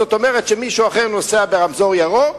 זאת אומרת שמישהו אחר נוסע ברמזור ירוק,